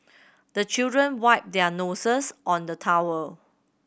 the children wipe their noses on the towel